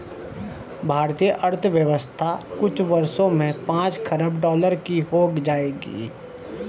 भारतीय अर्थव्यवस्था कुछ वर्षों में पांच खरब डॉलर की हो जाएगी